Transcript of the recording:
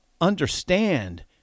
understand